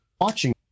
watching